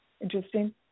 interesting